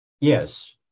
yes